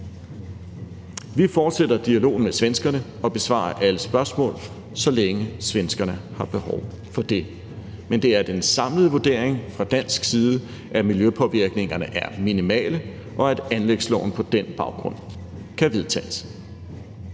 Vi fortsætter dialogen med svenskerne og besvarer alle spørgsmål, så længe svenskerne har behov for det. Men det er den samlede vurdering fra dansk side, at miljøpåvirkningerne er minimale, og at anlægsloven på den baggrund kan vedtages.